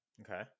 Okay